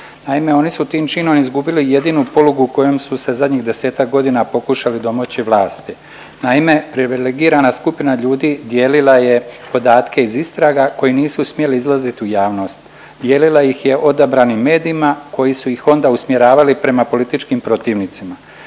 Naime, oni su tim činom izgubili jedinu polugu kojom su se zadnjih 10-tak godina pokušali domoći vlasti. Naime, privilegirana skupina ljudi dijelila je podatke iz istraga koji nisu smjeli izlazit u javnost, dijelila ih je odabranim medijima koji su ih onda usmjeravali prema političkim protivnicima,